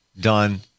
done